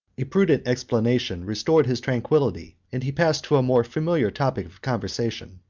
a prudent explanation restored his tranquillity and he passed to a more familiar topic conversation.